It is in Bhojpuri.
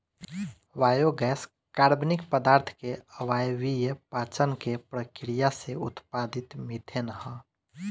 बायोगैस कार्बनिक पदार्थ के अवायवीय पाचन के प्रक्रिया से उत्पादित मिथेन ह